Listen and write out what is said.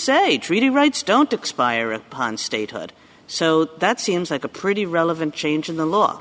say treaty rights don't expire at pons statehood so that seems like a pretty relevant change in the law